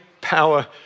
Power